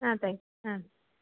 ஆ thanks ஆ